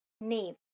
name